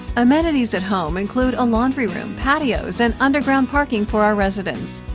amenities at home include a laundry room, patios, and underground parking for our residents.